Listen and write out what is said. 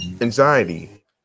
anxiety